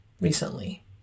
recently